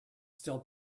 still